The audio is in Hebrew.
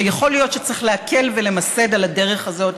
שיכול להיות שצריך להקל ולמסד את הדרך הזאת,